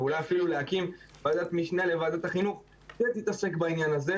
ואולי אפילו להקים ועדת משנה לוועדת החינוך שתתעסק בעניין הזה.